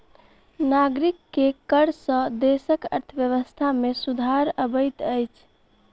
नागरिक के कर सॅ देसक अर्थव्यवस्था में सुधार अबैत अछि